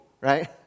Right